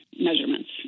measurements